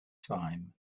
time